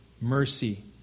mercy